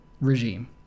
regime